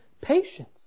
patience